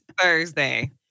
Thursday